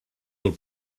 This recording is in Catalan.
del